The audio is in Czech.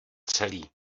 celý